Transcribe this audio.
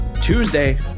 Tuesday